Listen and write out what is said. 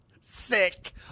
sick